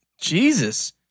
Jesus